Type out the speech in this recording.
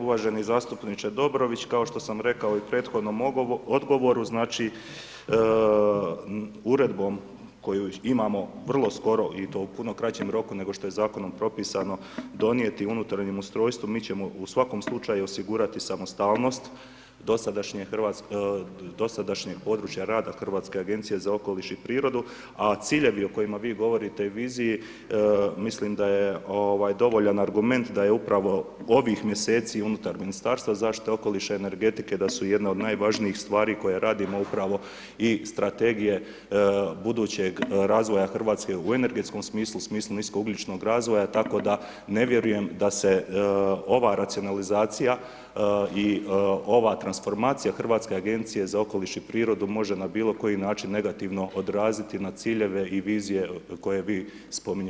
Uvaženi zastupniče Dobrović, kao što sam rekao i u prethodnom odgovoru, znači, Uredbom koju imamo vrlo skoro i to u puno kraćem roku, nego što je zakonom propisano, donijeti o unutarnjem ustrojstvu, mi ćemo u svakom slučaju osigurati samostalnost dosadašnjeg područja rada Hrvatske agencije za okoliš i prirodu, a ciljevi o kojima vi govorite i viziji, mislim da je dovoljan argument da je upravo ovih mjeseci unutar Ministarstva zaštite okoliša i energetike, da su jedne od najvažnijih stvari koje radimo, upravo i strategije budućeg razvoja RH u energetskom smislu, u smislu nisko ugljičnog razvoja, tako da ne vjerujem da se ova racionalizacija i ova transformacija Hrvatske agencije za okoliš i prirodu može na bilo koji način negativno odraziti na ciljeve i vizije koje vi spominjete u svom pitanju.